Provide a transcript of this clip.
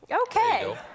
Okay